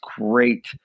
great